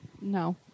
No